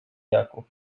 jaków